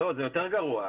זה יותר גרוע.